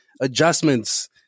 adjustments